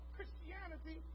Christianity